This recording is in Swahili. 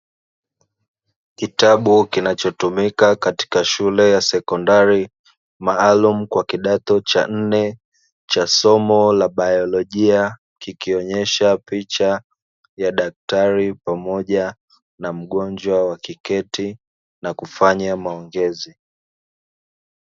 Kitabu kinachotumika katika shule ya sekondari, maalumu kwa kidato cha nne cha somo la baiolojia, kikionesha picha ya daktari pamoja na mgonjwa wakiketi na kufanya maongezi.